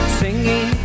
singing